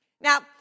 now